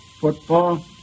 Football